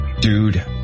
Dude